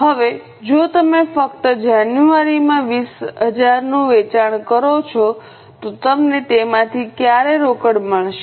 હવે જો તમે ફક્ત જાન્યુઆરી માં 20000 નું વેચાણ કરો છો તો તમને તેમાંથી ક્યારે રોકડ મળશે